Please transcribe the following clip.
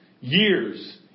years